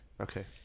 Okay